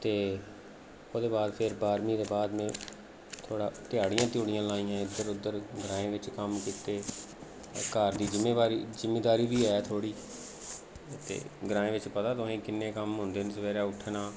ते ओह्दे बाद फ्ही बारह्मीं दे बाद में थोह्ड़ा ध्याड़ियां ध्यूड़ियां लाइयां इद्धर उद्धर ग्राएं बिच कम्म कीते घर दी जिम्मेवारी जिमीदारी बी ऐ थोह्ड़ी ते ग्रांए बिच पता तुसें ई किन्ने कम्म होंदे न सवेरे उट्ठना